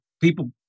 people